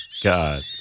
God